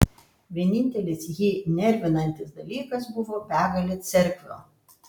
vienintelis jį nervinantis dalykas buvo begalė cerkvių